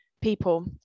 people